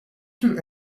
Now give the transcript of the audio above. tür